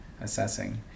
assessing